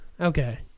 Okay